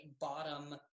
bottom